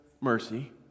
mercy